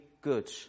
good